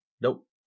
nope